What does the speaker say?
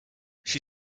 she